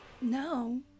no